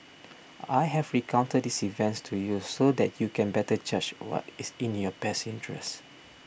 I have recounted these events to you so that you can better judge what is in your best interests